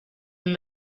have